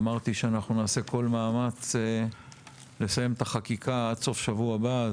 אמרתי שנעשה כל מאמץ לסיים את החקיקה עד סוף שבוע הבא.